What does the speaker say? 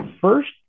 first